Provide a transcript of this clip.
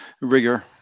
rigor